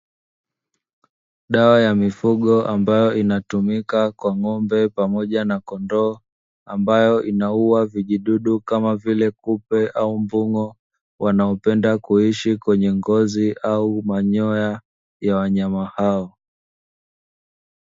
Dawa ya mifugo ambayo inatumika kwa ng'ombe pamoja na kondoo, ambayo inaua vijidudu kama vile kupe au mbung'o wanaopenda kuishi kwenye ngozi au manyoya ya wanyama hao.